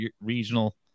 regional